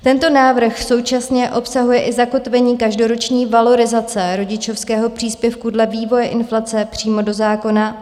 Tento návrh současně obsahuje i zakotvení každoroční valorizace rodičovského příspěvku dle vývoje inflace přímo do zákona.